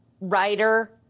writer